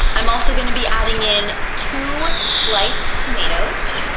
i'm also going to be adding in two sliced tomatoes,